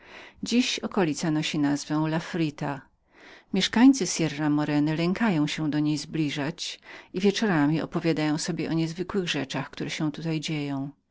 dziś okolica nosi nazwę los frita mieszkańcy sierra moreny lękają się do niej zbliżać i wieczorami opowiadają sobie tysiączne o niej dziwaczne przygody zdało mi się